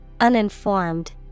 Uninformed